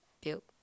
built